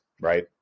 right